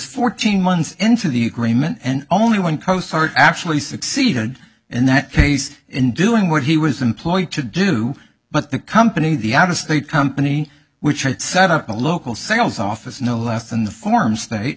fourteen months into the agreement and only one coast guard actually succeeded in that case in doing what he was employed to do but the company the out of state company which had setup a local sales office no less than the form state